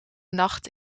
nacht